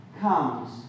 comes